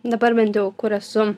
dabar bent jau kur esu